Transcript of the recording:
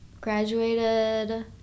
graduated